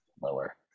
lower